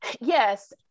Yes